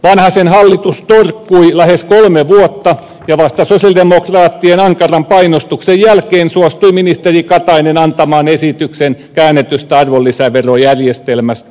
vanhasen hallitus torkkui lähes kolme vuotta ja vasta sosialidemokraattien ankaran painostuksen jälkeen suostui ministeri katainen antamaan esityksen käännetystä arvonlisäverojärjestelmästä